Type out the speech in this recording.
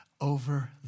over